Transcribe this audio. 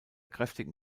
kräftigen